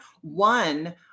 One